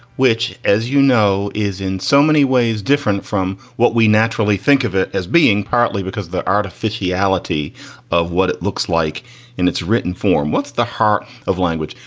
which, as you know, is in so many ways different from what we naturally think of it as being, partly because the artificiality of what it looks like in its written form. what's the heart of language?